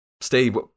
Steve